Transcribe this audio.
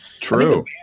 True